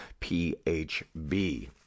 PHB